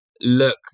look